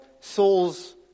Saul's